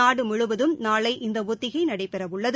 நாடு முழுவதும் நாளை இந்த ஒத்திகை நடைபெறவுள்ளது